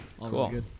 cool